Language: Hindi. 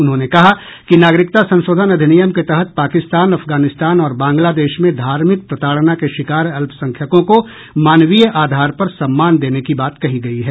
उन्होंने कहा कि नागरिकता संशोधन अधिनियम के तहत पाकिस्तान अफगानिस्तान और बांग्लादेश में धार्मिक प्रताड़ना के शिकार अल्पसंख्यकों को मानवीय आधार पर सम्मान देने की बात कही गयी है